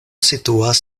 situas